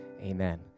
amen